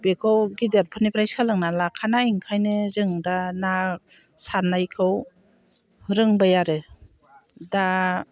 बेखौ गिदिरफोरनिफ्राय सोलोंनानै लाखानाय ओंखायनो जों दा ना सारनायखौ रोंबाय आरो दा